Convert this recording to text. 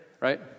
right